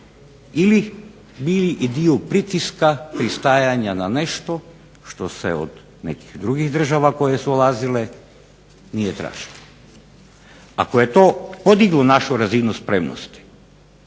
ili bili dio pritiska pristajanja na nešto što se od nekih drugih država koje su ulazile nije tražilo. ako je to podiglo našu razinu spremnosti,